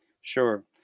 Sure